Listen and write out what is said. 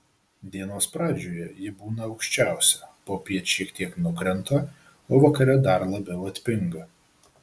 dienos pradžioje ji būna aukščiausia popiet šiek tiek nukrenta o vakare dar labiau atpinga